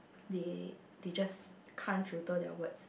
they they just can't filter their words